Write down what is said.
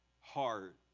heart